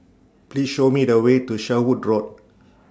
Please Show Me The Way to Sherwood Road